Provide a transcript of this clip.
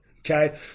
Okay